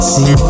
See